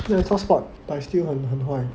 there's hotspot but it's still 很很坏